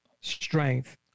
strength